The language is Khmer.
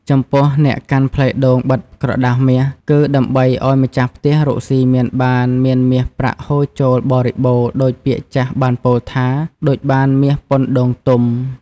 ចំពោះអ្នកកាន់ផ្លែដូងបិទក្រដាសមាស គឺដើម្បីឲ្យម្ចាស់ផ្ទះរកសុីមានបាន មានមាសប្រាក់ហូរចូលបរិបូណ៌ដូចពាក្យចាស់បានពោលថា ដូចបានមាសប៉ុនដូងទុំ ។